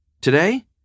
Today